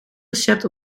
recept